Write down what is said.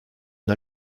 une